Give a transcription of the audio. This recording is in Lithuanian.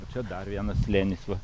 o čia dar vienas slėnis va